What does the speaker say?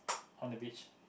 on the beach